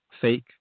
fake